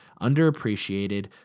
underappreciated